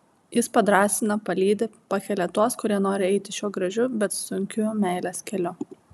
jis padrąsina palydi pakelia tuos kurie nori eiti šiuo gražiu bet sunkiu meilės keliu